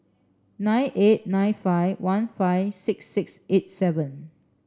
nine eight nine five one five six six eight seven